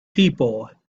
people